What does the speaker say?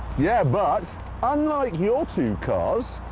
yeah, but unlike your two cars.